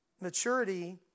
maturity